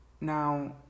Now